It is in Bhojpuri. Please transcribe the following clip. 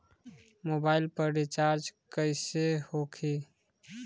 मोबाइल पर रिचार्ज कैसे होखी?